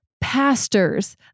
Pastors